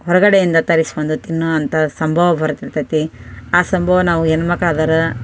ಹೊರಗಡೆಯಿಂದ ತರಿಸ್ಕೊಂಡು ತಿನ್ನುವಂಥ ಸಂಭವ ಬರ್ತಿರ್ತದೆ ಆ ಸಂಭವ ನಾವು ಹೆಣ್ ಮಕ್ಳು ಆದವರು